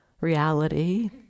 reality